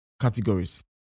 categories